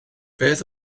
beth